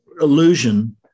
illusion